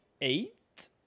eight